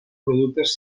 productes